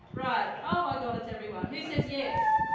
but oh my god it's everyone. who says yes?